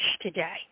today